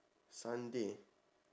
sunday